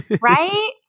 Right